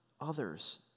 others